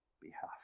behalf